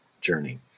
journey